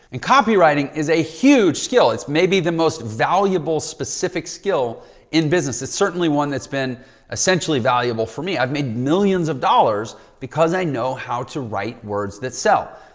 and copywriting is a huge skill. it's maybe the most valuable specific skill in business. it's certainly one that's been essentially valuable for me. i've made millions of dollars because i know how to write words that sell.